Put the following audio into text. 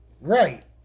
Right